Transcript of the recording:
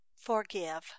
forgive